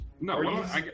No